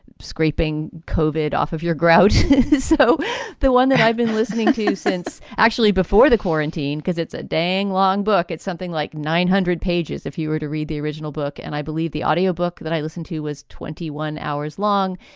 scraping kovic off of your grout so the one that i've been listening to since actually before the quarantine, because it's a daing long book it's something like nine hundred pages if you were to read the original book. and i believe the audio book that i listened to was twenty one hours long.